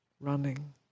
running